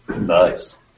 Nice